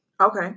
okay